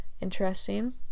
Interesting